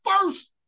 first